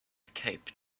cape